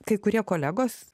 kai kurie kolegos